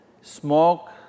smoke